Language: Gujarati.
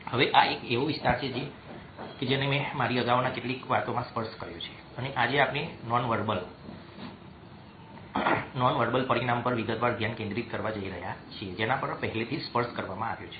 હવે આ એક એવો વિસ્તાર છે જેને મેં મારી અગાઉની કેટલીક વાતોમાં સ્પર્શ કર્યો છે અને આજે આપણે નોનવેર્બલ પરિમાણ પર વિગતવાર ધ્યાન કેન્દ્રિત કરવા જઈ રહ્યા છીએ જેના પર પહેલેથી જ સ્પર્શ કરવામાં આવ્યો છે